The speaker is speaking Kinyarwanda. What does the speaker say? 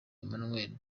emmanuel